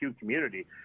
community